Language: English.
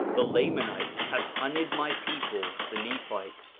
the lamanites have hunted my people, the nephites,